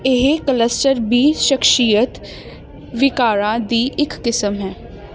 ਇਹ cluster B ਸ਼ਖਸੀਅਤ ਵਿਕਾਰਾਂ ਦੀ ਇੱਕ ਕਿਸਮ ਹੈ